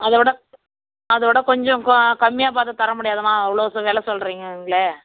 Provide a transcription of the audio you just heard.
அதோட அதோட கொஞ்சம் கொ கம்மியாக பார்த்து தர முடியாதாம்மா அவ்வளோ சொ வில சொல்லுறிங்கங்களே